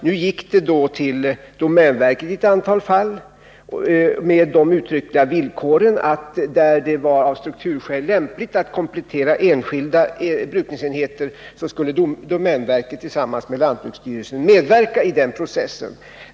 Då hade marken ii ett antal fall gått till domänverket, på de uttryckliga villkoren att där det av strukturskäl var lämpligt att komplettera enskilda brukningsenheter skulle domänverket tillsammans med lantbruksstyrelsen medverka i den processen.